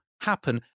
happen